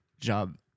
job